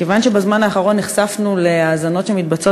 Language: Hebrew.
מכיוון שבזמן האחרון נחשפנו להאזנות שמתבצעות